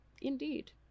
Indeed